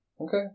Okay